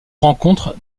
rencontre